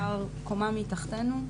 שגר קומה מתחתינו,